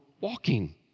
walking